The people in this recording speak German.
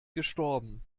gestorben